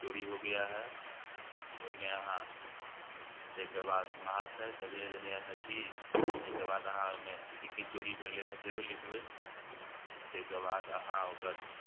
चोरी हो गया है ओहिमे अहाँ ताहिके बाद महाशय सविनय निवेदन यह है कि ताहिके बाद अहाँ ओहिमे कि कि चोरी भेलै हँ सेहो लिखबै ताहिके बाद अहाँ ओकर